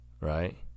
right